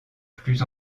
plus